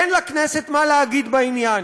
אין לכנסת מה להגיד בעניין.